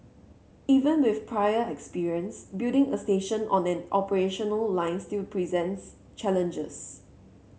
even with prior experience building a station on an operational line still presents challenges